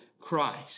Christ